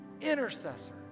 intercessor